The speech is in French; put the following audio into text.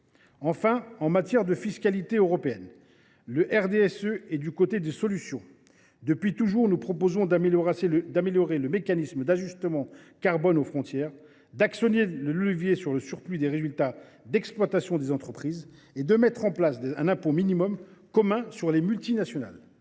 Enfin, en matière de fiscalité européenne, le groupe RDSE est du côté des solutions ! Depuis toujours, nous proposons d’améliorer le mécanisme d’ajustement carbone aux frontières, d’actionner le levier sur le surplus des résultats d’exploitation des entreprises, de mettre en place un impôt minimum commun sur les multinationales.